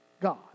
God